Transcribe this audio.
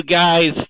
guys